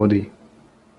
vody